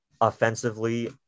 offensively